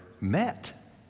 met